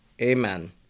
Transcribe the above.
Amen